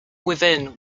within